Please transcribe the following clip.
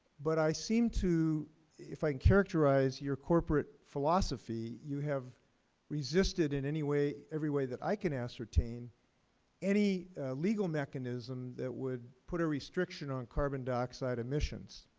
but i seem to if i can and characterize your corporate philosophy, you have resisted in any way every way that i can ascertain any legal mechanism that would put a restriction on carbon dioxide emissions,